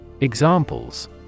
Examples